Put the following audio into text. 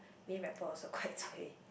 main rapper also quite cui